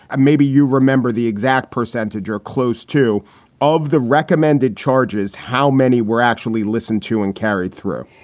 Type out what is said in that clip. maybe you remember the exact percentage you're close to of the recommended charges. how many were actually listened to and carried through?